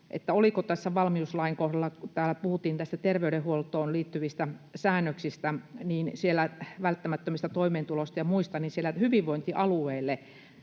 se, oliko valmiuslain kohdalla, kun täällä puhuttiin terveydenhuoltoon liittyvistä säännöksistä, välttämättömistä toimeentuloista ja muista, että hyvinvointialueille